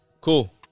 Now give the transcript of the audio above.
Cool